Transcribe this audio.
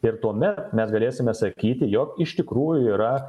ir tuomet mes galėsime sakyti jog iš tikrųjų yra